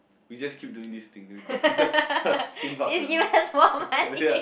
you just keep doing this thing then we talk fifteen bucks [liao] ya